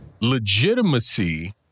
legitimacy